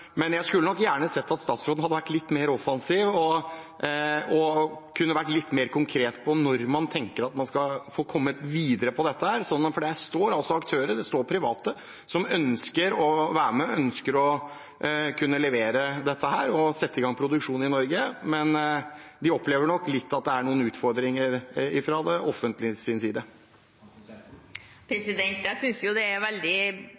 jeg skulle gjerne sett at statsråden hadde vært litt mer offensiv og kunne vært litt mer konkret på når man tenker å komme videre med dette. Det er private aktører som ønsker å være med, og som ønsker å kunne levere dette og sette i gang produksjon i Norge, men de opplever nok at det er noen utfordringer fra det offentliges side. Jeg synes det er veldig